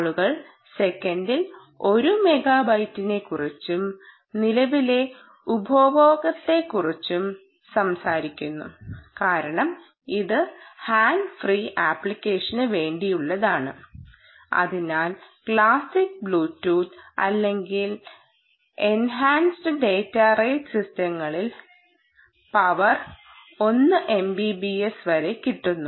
ആളുകൾ സെക്കൻഡിൽ 1 മെഗാബൈറ്റിനെക്കുറിച്ചും നിലവിലെ ഉപഭോഗത്തെക്കുറിച്ചും സംസാരിക്കുന്നു കാരണം ഇത് ഹാൻഡ്സ് ഫ്രീ ആപ്ലിക്കേഷന് വേണ്ടിയുള്ളതാണ് അതിനാൽ ക്ലാസിക് ബ്ലൂടൂത്ത് അല്ലെങ്കിൽ എൻഹാൻസ്ഡ് ഡാറ്റ റേറ്റ് സിസ്റ്റങ്ങളിൽ പവർ 1 MBPS വരെ കിട്ടുന്നു